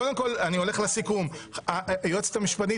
קודם כול אני הולך לסיכום: היועצת המשפטית